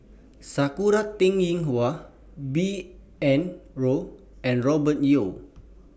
Sakura Teng Ying Hua B N Rao and Robert Yeo